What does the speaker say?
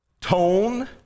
tone